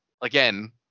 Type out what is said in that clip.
Again